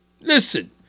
Listen